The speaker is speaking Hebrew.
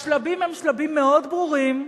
השלבים הם שלבים מאוד ברורים,